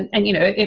and you know,